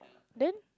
then